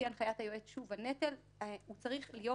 לפי הנחיית היועץ, הוא צריך להיות